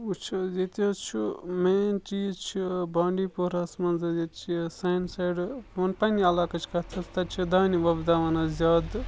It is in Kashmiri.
وٕچھ حظ ییٚتہِ حظ چھُ مین چیٖز چھُ بانٛڈی پورہَس منٛز حظ ییٚتہِ چھِ سانہِ سایڈٕ بہٕ وَنہٕ پنٛنہِ علاقٕچ کَتھ حظ تَتہِ چھِ دانہِ وۄبداوان حظ زیادٕ